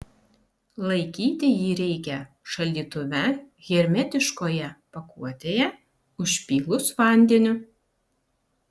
laikyti jį reikia šaldytuve hermetiškoje pakuotėje užpylus vandeniu